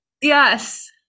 Yes